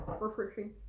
refreshing